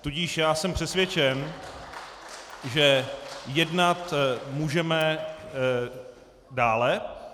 Tudíž já jsem přesvědčen, že jednat můžeme dále.